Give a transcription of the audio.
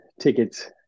tickets